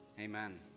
amen